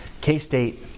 K-State